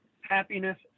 happiness